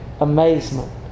amazement